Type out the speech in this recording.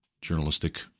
journalistic